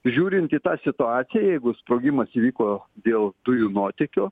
žiūrint į tą situaciją jeigu sprogimas įvyko dėl dujų nuotėkio